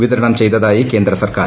വിതരണം ചെയ്തതായി കേന്ദ്രസർക്കാർ